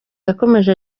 yakomeje